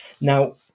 Now